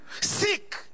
Seek